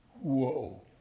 Whoa